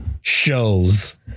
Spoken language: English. shows